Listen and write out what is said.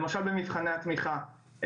למשל במבחני התמיכה,